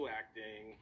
acting